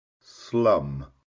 slum